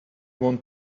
want